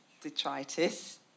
detritus